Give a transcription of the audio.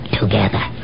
together